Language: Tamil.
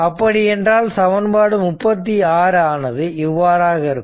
அப்படி என்றால் சமன்பாடு 36 ஆனது இவ்வாறாக இருக்கும்